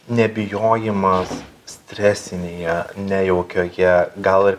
nebijojimas stresinėje nejaukioje gal ir